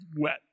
wet